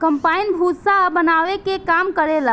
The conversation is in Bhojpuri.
कम्पाईन भूसा बानावे के काम करेला